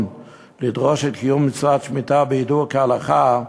לדרוש את קיום מצוות שמיטה בהידור כהלכה,